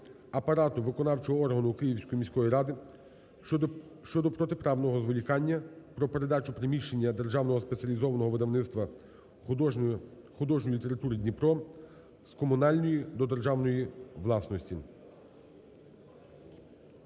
апарату виконавчого органу Київської міської ради щодо протиправного зволікання про передачу приміщення "Державного спеціалізованого видавництва художньої літератури "Дніпро" з комунальної до державної власності.